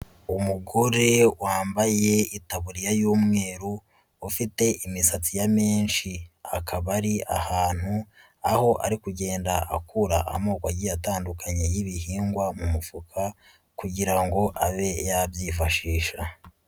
Umugore wambaye itaburiya y'umweru, ufite imisatsi ya menshi. Akaba ari ahantu aho ari kugenda akura amoko agiye atandukanye y'ibihingwa mu mufuka kugira ngo abe yabyifashisha.